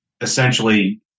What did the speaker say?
essentially